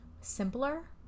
simpler